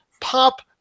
pop